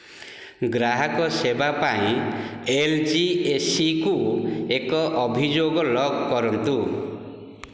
ଗ୍ରାହକ ସେବା ପାଇଁ ଏଲ ଜି ଏ ସି କୁ ଏକ ଅଭିଯୋଗ ଲଗ୍ କରନ୍ତୁ